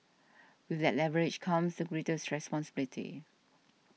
with that leverage comes the greatest responsibility